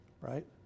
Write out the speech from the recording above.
right